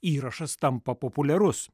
įrašas tampa populiarus